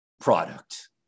product